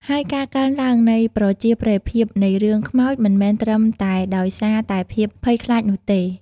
ហើយការកើនឡើងនៃប្រជាប្រិយភាពនៃរឿងខ្មោចមិនមែនត្រឹមតែដោយសារតែភាពភ័យខ្លាចនោះទេ។